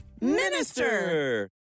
Minister